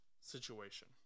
situation